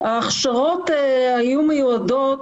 ההכשרות היו מיועדות